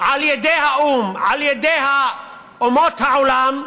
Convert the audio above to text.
על ידי האו"ם, על ידי אומות העולם,